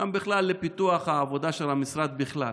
גם לפיתוח העבודה של המשרד בכלל,